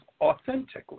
authentically